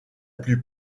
plus